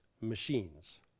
machines